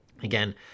Again